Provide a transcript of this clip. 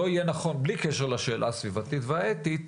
בלי הקשר לשאלה הסביבתית והאתית,